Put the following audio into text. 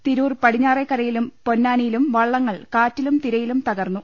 തിരൂർ പടിഞ്ഞാറെക്കരയിലും പൊന്നാനിയിലും വളളങ്ങൾ കാറ്റിലും തിരയിലും തകർന്നു